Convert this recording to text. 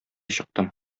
чыктым